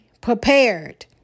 prepared